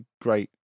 great